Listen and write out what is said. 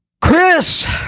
Chris